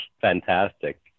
fantastic